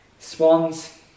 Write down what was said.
Swans